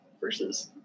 versus